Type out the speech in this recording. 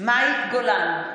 מאי גולן,